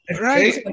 right